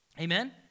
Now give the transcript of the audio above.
Amen